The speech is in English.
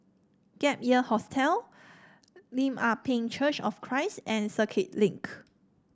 Gap Year Hostel Lim Ah Pin Church of Christ and Circuit Link